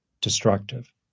destructive